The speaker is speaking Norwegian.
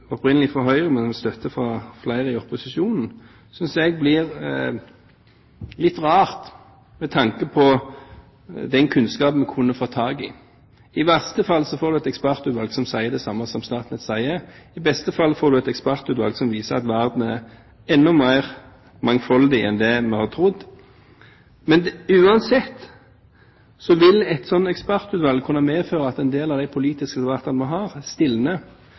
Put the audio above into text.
Høyre, men med støtte fra flere i opposisjonen – synes jeg blir litt rart med tanke på den kunnskapen vi kunne fått tak i. I verste fall får en et ekspertutvalg som sier det samme som Statnett. I beste fall får en et ekspertutvalg som viser at verden er enda mer mangfoldig enn det en har trodd. Uansett vil et sånt ekspertutvalg kunne medføre at en del av de politiske debattene vi har,